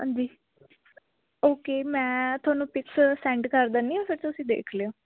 ਹਾਂਜੀ ਓਕੇ ਮੈਂ ਤੁਹਾਨੂੰ ਪਿਕਸ ਸੈਂਡ ਕਰ ਦਿੰਦੀ ਹਾਂ ਫਿਰ ਤੁਸੀਂ ਦੇਖ ਲਿਓ